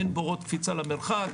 ואין בורות קפיצה למרחק,